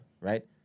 right